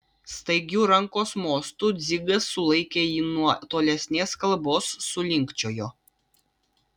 staigiu rankos mostu dzigas sulaikė jį nuo tolesnės kalbos sulinkčiojo